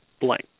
blank